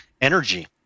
energy